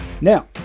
Now